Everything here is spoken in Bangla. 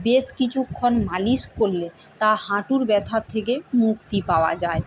বেশ কিছুক্ষণ মালিশ করলে তা হাঁটুর ব্যথার থেকে মুক্তি পাওয়া যায়